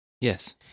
Yes